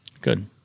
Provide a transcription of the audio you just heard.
Good